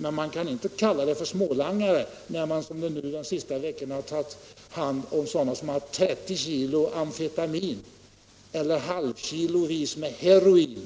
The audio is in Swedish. Men man har under de senaste veckorna tagit hand om personer som haft 30 kg amfetamin eller halvkilovis med heroin, och